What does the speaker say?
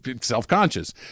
self-conscious